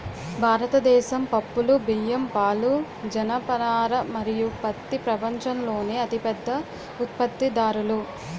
భారతదేశం పప్పులు, బియ్యం, పాలు, జనపనార మరియు పత్తి ప్రపంచంలోనే అతిపెద్ద ఉత్పత్తిదారులు